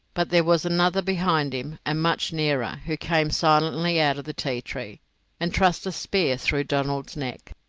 but there was another behind him and much nearer, who came silently out of the ti-tree and thrust a spear through donald's neck.